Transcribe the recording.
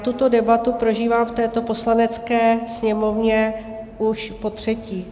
Tuto debatu prožívám v této Poslanecké sněmovně už potřetí.